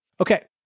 Okay